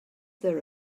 there